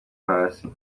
hasi